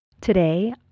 Today